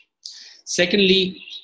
Secondly